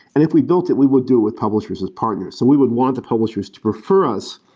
and if we built it, we would deal with publishers as partners. so we would want the publishers to refer us.